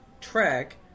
track